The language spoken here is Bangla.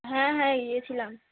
হ্যাঁ হ্যাঁ গিয়েছিলাম